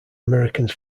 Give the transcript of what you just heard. americans